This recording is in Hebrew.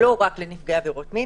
לא רק לנפגעי עבירות מין.